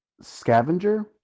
Scavenger